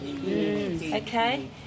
okay